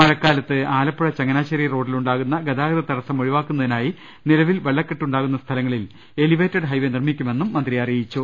മഴക്കാലത്ത് ആലപ്പുഴ ചങ്ങനാശ്ശേരി റോഡിലുണ്ടാകുന്ന ഗതാഗത തടസ്സം ഒഴിവാക്കുന്നതിനായി നിലവിൽ വെള്ളക്കെട്ട് ഉണ്ടാകുന്ന സ്ഥലങ്ങളിൽ എലിവേറ്റഡ് ഹൈവേ നിർമ്മിക്കുമെന്നും അദ്ദേഹം പറഞ്ഞു